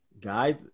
guys